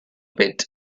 pit